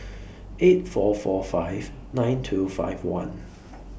eight four four five nine two five one